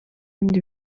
kandi